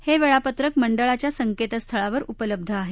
हे वेळापत्रक मंडळाच्या संकेतस्थळावर उपलब्ध आहे